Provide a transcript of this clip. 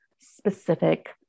specific